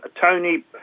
Tony